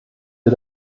wir